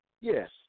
Yes